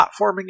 platforming